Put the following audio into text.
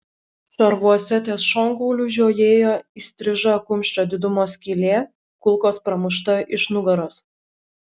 šarvuose ties šonkauliu žiojėjo įstriža kumščio didumo skylė kulkos pramušta iš nugaros